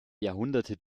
jahrhunderte